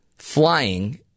Flying